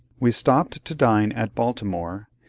we stopped to dine at baltimore,